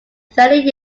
thirty